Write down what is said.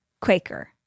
Quaker